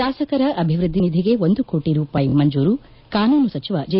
ಶಾಸಕರ ಅಭಿವೃದ್ದಿ ನಿಧಿಗೆ ಒಂದು ಕೋಟಿ ರೂಪಾಯಿ ಮಂಜೂರು ಕಾನೂನು ಸಚಿವ ಜೆ